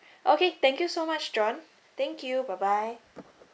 okay thank you so much john thank you bye bye